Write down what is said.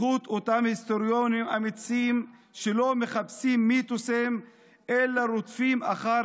בזכות אותם היסטוריונים אמיצים שלא מחפשים מיתוסים אלא רודפים אחר